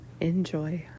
Enjoy